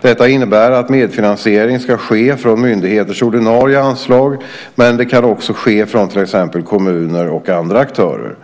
Detta innebär att medfinansiering ska ske från myndigheters ordinarie anslag, men den kan också ske från till exempel kommuner och andra aktörer.